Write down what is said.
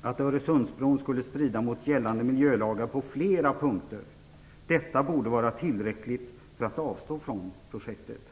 att Öresundsbron skulle strida mot gällande miljölagar på flera punkter. Detta borde vara tillräckligt för att avstå från projektet.